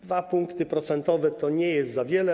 2 punkty procentowe to nie jest za wiele.